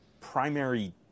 primary